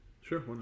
Sure